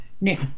Now